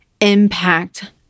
impact